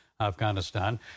Afghanistan